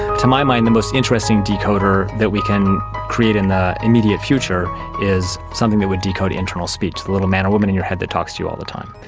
to my mind the most interesting decoder that we can create in the immediate future is something that would decode internal speech, the little man or woman in your head that talks to you all the time.